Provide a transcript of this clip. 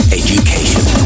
education